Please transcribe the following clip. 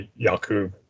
Yaku